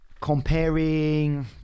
Comparing